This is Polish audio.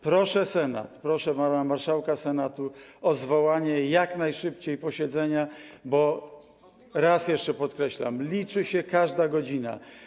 Proszę Senat, proszę pana marszałka Senatu o zwołanie jak najszybciej posiedzenia, bo, raz jeszcze podkreślam, liczy się każda godzina.